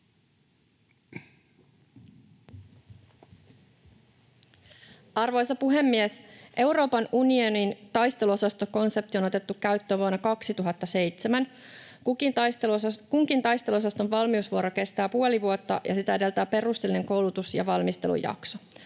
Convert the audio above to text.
Arvoisa puhemies! Euroopan unionin taisteluosastokonsepti on otettu käyttöön vuonna 2007. Kunkin taisteluosaston valmiusvuoro kestää puoli vuotta, ja sitä edeltää perusteellinen koulutus- ja valmistelujakso.